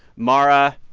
mara,